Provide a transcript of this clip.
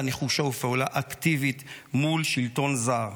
נחושה ופעולה אקטיבית מול שלטון זר.